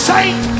Saint